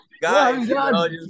Guys